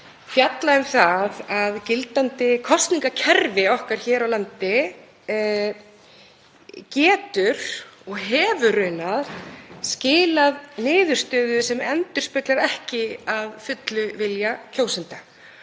fjalla um að gildandi kosningakerfi okkar hér á landi getur og hefur raunar skilað niðurstöðu sem endurspeglar ekki að fullu vilja kjósenda